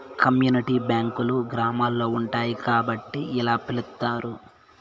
community బ్యాంకులు గ్రామాల్లో ఉంటాయి కాబట్టి ఇలా పిలుత్తారు